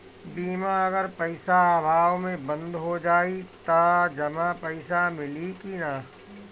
बीमा अगर पइसा अभाव में बंद हो जाई त जमा पइसा मिली कि न?